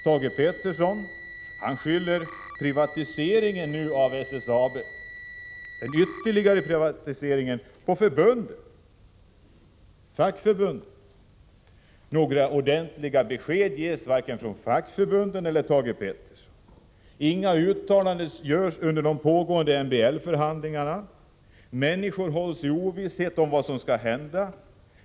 Thage Peterson skyller den fortsatta privatiseringen av SSAB på fackförbunden. Några ordentliga besked ges inte från vare sig fackförbunden eller Thage Peterson. Inga uttalanden görs under de pågående MBL-förhandlingarna, och människor hålls i ovisshet om vad som skall hända.